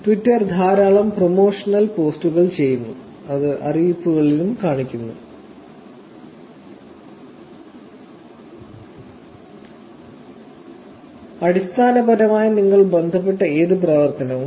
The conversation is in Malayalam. ട്വിറ്റർ ധാരാളം പ്രമോഷണൽ പോസ്റ്റുകൾ ചെയ്യുന്നു അത് അറിയിപ്പുകളിലും കാണിക്കുന്നു അടിസ്ഥാനപരമായി നിങ്ങൾ ബന്ധപ്പെട്ട ഏത് പ്രവർത്തനവും